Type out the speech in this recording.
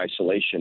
isolation